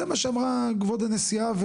זה מה שאמרה כבוד הנשיאה,